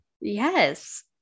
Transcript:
Yes